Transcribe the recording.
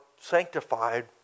sanctified